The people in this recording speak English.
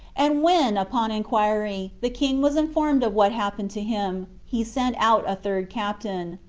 and when, upon inquiry, the king was informed of what happened to him, he sent out a third captain.